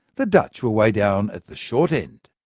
the dutch were way down at the short end.